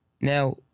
Now